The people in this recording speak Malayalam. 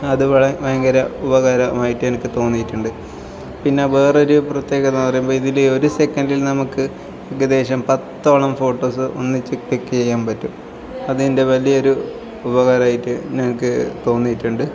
അതുപോലെ ഭയങ്കര ഉപകരമായിട്ട് എനിക്ക് തോന്നിയിട്ടുണ്ട് പിന്നെ വേറൊരു പ്രത്യേകതാന്ന് പറയുമ്പോൾ ഇതിൽ ഒരു സെക്കൻഡിൽ നമുക്ക് ഏകദേശം പത്തോളം ഫോട്ടോസ് ഒന്നിച്ച് ക്ലിക്ക് ചെയ്യാൻ പറ്റും അത് ഇതിൻ്റെ വലിയൊരു ഉപകരമായിട്ട് എനിക്ക് തോന്നിയിട്ടുണ്ട്